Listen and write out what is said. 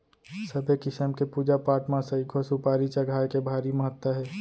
सबे किसम के पूजा पाठ म सइघो सुपारी चघाए के भारी महत्ता हे